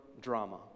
drama